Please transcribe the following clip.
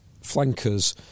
flankers